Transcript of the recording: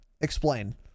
Explain